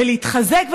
ולהתחזק,